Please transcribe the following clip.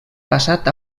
passat